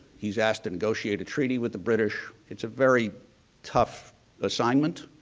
he's asked to negotiate a treaty with the british. it's a very tough assignment.